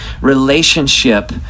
relationship